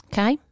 Okay